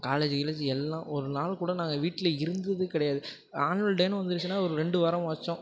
college கிலேஜ்ஜு எல்லாம் ஒரு நாள் கூட நாங்கள் வீட்டில் இருந்தது கிடையாது ஆனுவல் டேன்னு வந்துருச்சுன்னா ஒரு ரெண்டு வாரமாச்சும்